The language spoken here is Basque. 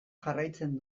jarraitzen